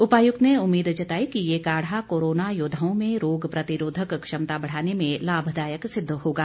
उपायुक्त ने उम्मीद जताई कि ये काढ़ा कोरोना योद्वाओं में रोग प्रतिरोधक क्षमता बढ़ाने में लाभदायक सिद्द होगा